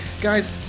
guys